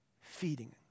feeding